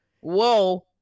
Whoa